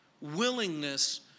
willingness